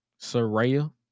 Soraya